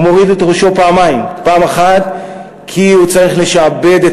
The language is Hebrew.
הוא מוריד את ראשו פעמיים: פעם אחת כי הוא צריך לשעבד את